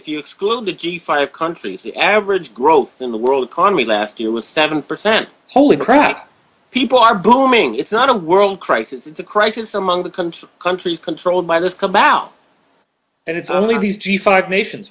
if you exclude the g five countries the average growth in the world economy last year was seven percent holy crap people are booming it's not a world crisis it's a crisis among becomes countries controlled by this come out and it's only the g five nations